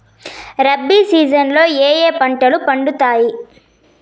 rabi season లో ఏ ఏ పంటలు పండుతాయి